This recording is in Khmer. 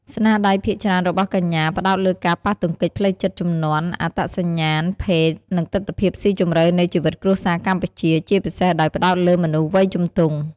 ស្នាដៃភាគច្រើនរបស់កញ្ញាផ្ដោតលើការប៉ះទង្គិចផ្លូវចិត្តតជំនាន់ អត្តសញ្ញាណភេទ និងទិដ្ឋភាពស៊ីជម្រៅនៃជីវិតគ្រួសារកម្ពុជា ជាពិសេសដោយផ្ដោតលើមនុស្សវ័យជំទង់។